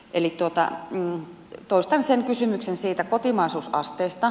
eli toistan kysymyksen kotimaisuusasteesta